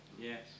Yes